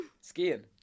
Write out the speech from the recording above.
Skiing